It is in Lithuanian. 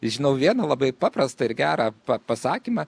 žinau vieną labai paprastą ir gerą pa pasakymą